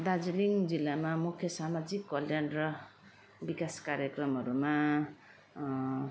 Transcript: दार्जिलिङ जिल्लामा मुख्य सामाजिक कल्याण र विकास कार्यक्रमहरूमा